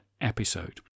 episode